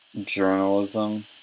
journalism